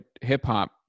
hip-hop